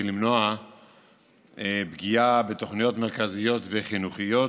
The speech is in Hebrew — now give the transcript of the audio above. למנוע פגיעה בתוכניות מרכזיות וחינוכיות,